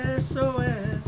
SOS